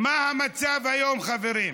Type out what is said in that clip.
מה המצב היום, חברים?